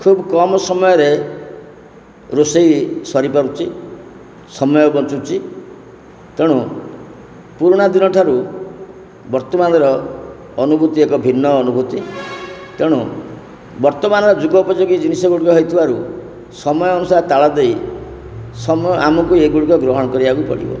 ଖୁବ କମ ସମୟରେ ରୋଷେଇ ସରିପାରୁଛି ସମୟ ବଞ୍ଚୁଛି ତେଣୁ ପୁରୁଣା ଦିନ ଠାରୁ ବର୍ତ୍ତମାନର ଅନୁଭୂତି ଏକ ଭିନ୍ନ ଅନୁଭୂତି ତେଣୁ ବର୍ତ୍ତମାନର ଯୁଗ ଉପଯୋଗୀ ଜିନିଷ ଗୁଡି଼କ ହେଇଥିବାରୁ ସମୟ ଅନୁସାରେ ତାଳ ଦେଇ ସମୟ ଆମକୁ ଏଇ ଗୁଡି଼କ ଗ୍ରହଣ କରିବାକୁ ପଡ଼ିବ